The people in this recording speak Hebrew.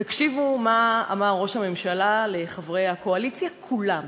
תקשיבו מה אמר ראש הממשלה לחברי הקואליציה כולם.